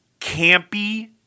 campy